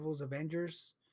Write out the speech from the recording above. Avengers